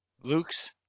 Luke's